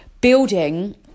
building